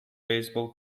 baseball